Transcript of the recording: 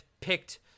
picked—